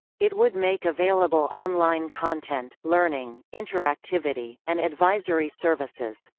it would make available online content, learning, interactivity, and advisory services.